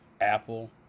Apple